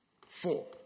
Four